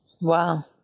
Wow